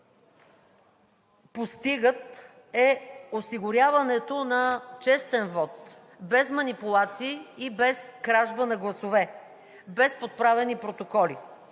постигат, е осигуряването на честен вот, без манипулации и без кражба на гласове, без подправени протоколи.